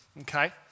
okay